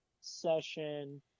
Session